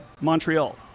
Montreal